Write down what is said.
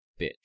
Bitch